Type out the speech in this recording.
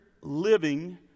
living